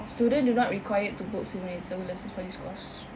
student do not required to book simulator lesson for this course